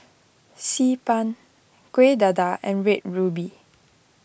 Xi Ban Kueh Dadar and Red Ruby